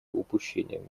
упущением